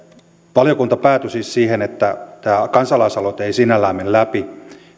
valiokunta päätyi siis siihen että tämä kansalaisaloite ei sinällään mene läpi